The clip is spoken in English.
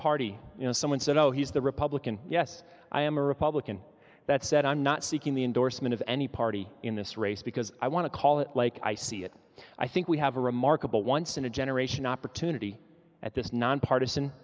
party you know someone said oh he's the republican yes i am a republican that said i'm not seeking the endorsement of any party in this race because i want to call it like i see it i think we have a remarkable once in a generation opportunity at this nonpartisan